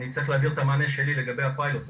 אני צריך להעביר את המענה שלי לגבי הפיילוט,